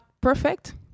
perfect